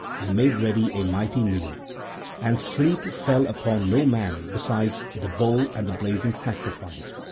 and made ready a mighty meal and sleep fell upon no man beside the bowl and the blazing sacrifice.